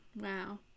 wow